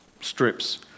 strips